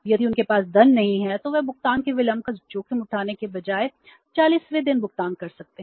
यदि उनके पास धन नहीं है तो वे भुगतान के विलंब का जोखिम उठाने के बजाय 40 वें दिन भुगतान कर सकते हैं